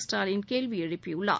ஸ்டாலின் கேள்வி எழுப்பியுள்ளார்